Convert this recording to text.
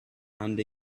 and